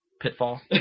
Pitfall